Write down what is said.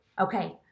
Okay